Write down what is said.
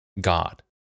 God